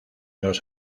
los